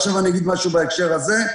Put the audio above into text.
ועכשיו אני אגיד משהו בהקשר הזה,